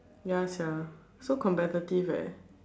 ya sia so competitive eh